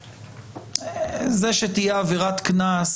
זה שתהיה עבירת קנס,